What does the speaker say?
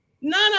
none